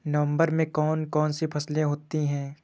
नवंबर में कौन कौन सी फसलें होती हैं?